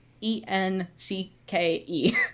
E-N-C-K-E